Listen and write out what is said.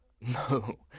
no